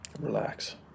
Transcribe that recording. Relax